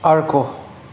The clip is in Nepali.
अर्को